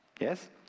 Yes